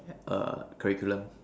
err curriculum